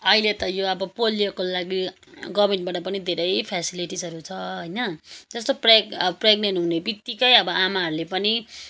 अहिले त यो अब पोलियोको लागि गभर्मेन्टबाट पनि धेरै फ्यासिलिटिसहरू छ होइन जस्तो प्रेग अब प्रेग्नेन्ट हुनेबितिकै अब आमाहरूले पनि